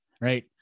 Right